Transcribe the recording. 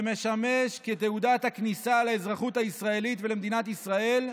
שמשמש תעודת הכניסה לאזרחות הישראלית ולמדינת ישראל,